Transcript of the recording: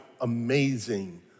amazing